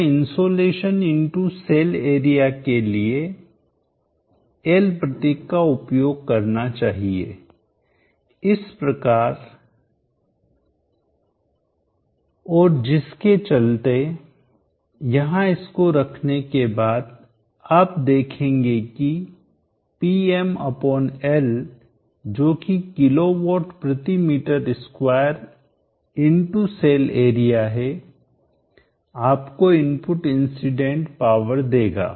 हमें insolation into cell area के लिए L प्रतीक का उपयोग करना चाहिए इस प्रकार और जिसके चलते यहां इसको रखने के बाद आप देखेंगे किPmL जो कि किलोवाट प्रति metre square into cells area है आपको इनपुट इंसीडेंट पावर देगा